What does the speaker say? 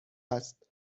است